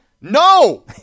No